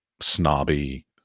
snobby